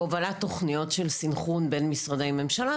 -- בהובלת תוכניות של סנכרון בין משרדי ממשלה,